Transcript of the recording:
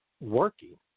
working